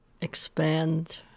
Expand